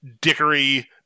dickery